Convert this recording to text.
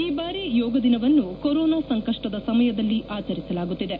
ಈ ಬಾರಿ ಯೋಗದಿನವನ್ನು ಕೊರೊನಾ ಸಂಕಷ್ಟದ ಸಮಯದಲ್ಲಿ ಆಚರಿಸಲಾಗುತ್ತಿದೆ